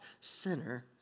sinner